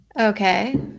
Okay